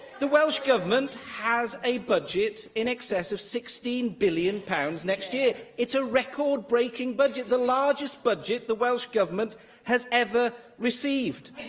the welsh government has a budget in excess of sixteen billion pounds next year. it's a record-breaking budget, the largest budget the welsh government has ever received,